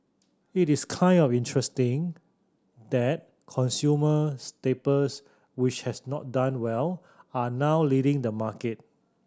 it is kind of interesting that consumer staples which had not done well are now leading the market